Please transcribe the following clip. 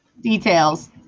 Details